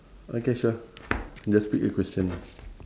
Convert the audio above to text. okay sure just pick a question